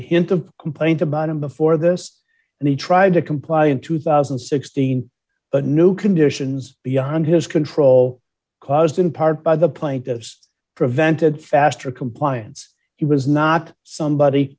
a hint of complaint about him before this and he tried to comply in two thousand and sixteen but new conditions beyond his control caused in part by the plaintiffs prevented faster compliance he was not somebody